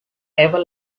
ever